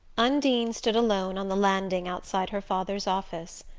undine stood alone on the landing outside her father's office.